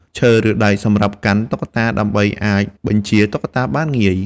ឈើ ឬដែកសម្រាប់កាន់តុក្កតា ដើម្បីអាចបញ្ជាតុក្កតាបានងាយ។